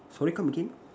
sorry come again